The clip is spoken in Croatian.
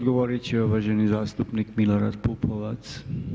Odgovorit će uvaženi zastupnik Milorad Pupovac.